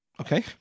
Okay